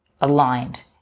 aligned